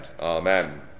Amen